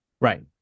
Right